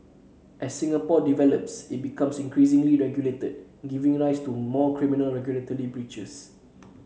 as Singapore develops it becomes increasingly regulated giving rise to more criminal regulatory breaches